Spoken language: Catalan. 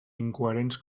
incoherents